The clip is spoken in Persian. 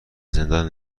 زندان